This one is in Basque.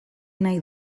nahi